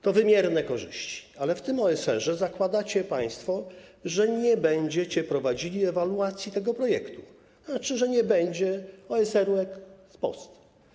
To wymierne korzyści, ale w tym OSR-ze zakładacie państwo, że nie będziecie prowadzili ewaluacji tego projektu, że nie będzie OSR-u ex post.